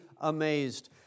amazed